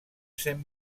saint